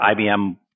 IBM